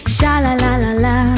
Sha-la-la-la-la